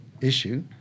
issue